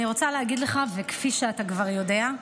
אני רוצה להגיד לך שכפי שאתה כבר יודע,